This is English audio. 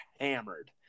hammered